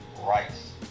rice